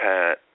Pat